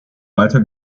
weiter